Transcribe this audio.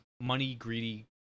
money-greedy